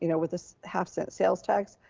you know with the half-cent sales tax.